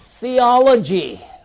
Theology